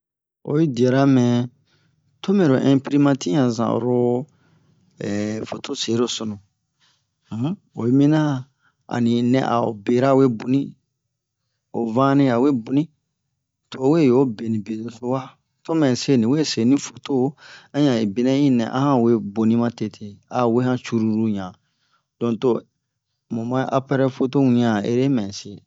oyi diara mɛ to mɛro inprimati yan zan oro foto sero sunu um oyi mina a ni nɛ a o bera we boni o vane a we boni to o we yo beni bedoso wa to mɛ se ni we se ni foto a yan bina yi nɛ a han we boni ma tete a we han cruru han don to mu ma aparɛ foto wian a ere mɛ se